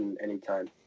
Anytime